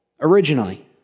originally